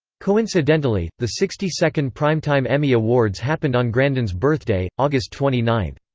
coincidentally, the sixty second primetime emmy awards happened on grandin's birthday august twenty nine.